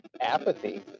apathy